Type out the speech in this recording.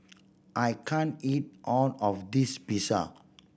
I can't eat all of this Pizza